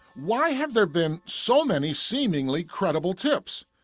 why have there been so many seemingly credible tips?